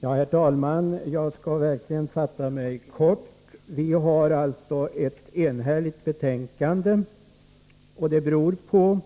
Herr talman! Jag skall verkligen fatta mig kort. Vi har ett enhälligt betänkande, vilket beror på